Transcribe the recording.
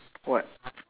what